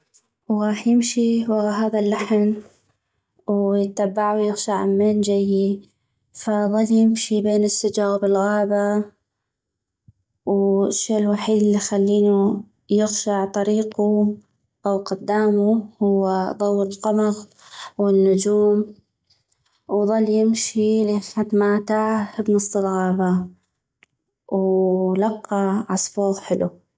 وغاح يمشي وغا هذا اللحن ويتبعو ويغشع مين جي فضل يمشي بين السجغ بالغابة والشي الوحيد الي يخلينو يغشع طريقو او قداومو هو ظو القمغ والنجوم وظل يمشي لي حد مل تاه بنص الغابة ولقى عصفوغ حلو